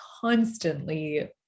constantly